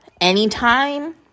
anytime